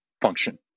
function